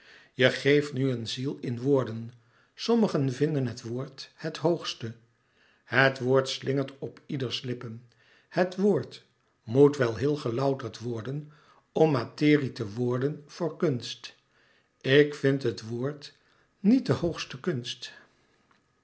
je geeft nu een ziel in woorden sommigen vinden het woord het hoogste het woord slingert op ieders lippen het woord moet wel heel gelouterd worden om materie te worden voor kunst ik vind het woord niet de hoogste kunst